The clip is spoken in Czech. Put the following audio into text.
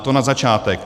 To na začátek.